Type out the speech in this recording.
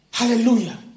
Hallelujah